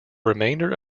remainder